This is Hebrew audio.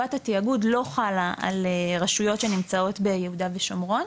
חובת התאגוד לא חלה על רשויות שנמצאות ביהודה ושומרון,